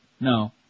No